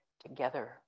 together